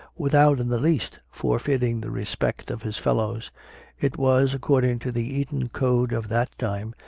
without in the least forfeiting the respect of his fellows it was, according to the eton code of that time,